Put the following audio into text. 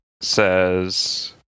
Says